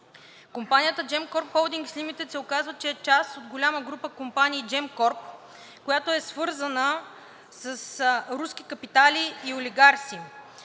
Компанията Gemcorp Holdings Limited се оказва, че е част от голяма група компании Gemcorp, която е свързана с руски капитали и олигарси,